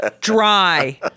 dry